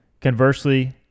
conversely